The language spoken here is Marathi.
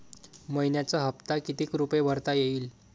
मइन्याचा हप्ता कितीक रुपये भरता येईल?